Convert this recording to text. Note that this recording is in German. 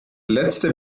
letzte